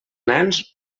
nens